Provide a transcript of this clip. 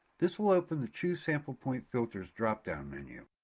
this will open the choose sample point filters drop down menu.